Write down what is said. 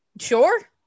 sure